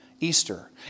Easter